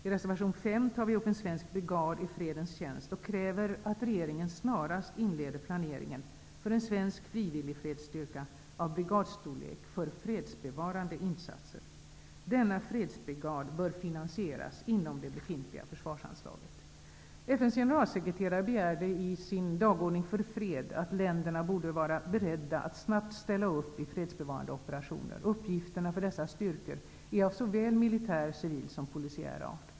I reservation 5 tar vi upp en svensk brigad i fredens tjänst och kräver att regeringen snarast inleder planeringen för en svensk frivillig fredsstyrka av brigadstorlek, för fredsbevarande insatser. Denna fredsbrigad bör finansieras inom det befintliga försvarsanslaget. FN:s generalsekreterare begärde i ''Dagordning för fred'' att länderna skulle vara beredda på att snabbt ställa upp i fredsbevarande operationer. Uppgifterna för dessa styrkor är av såväl militär, civil som polisiär art.